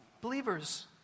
believers